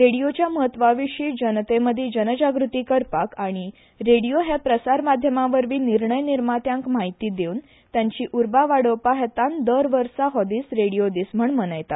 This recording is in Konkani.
रेडियोच्या म्हत्वा विशीं लोकां मदीं जनजागृती करपाक आनी रेडियो हें प्रसारमाध्यमा वरवीं निर्णय निर्मात्यांक म्हायती दिवन तांची उर्बा वाडोवपव हेतान दर वर्सा हो दीस रेडियो दीस म्हणून मनयतात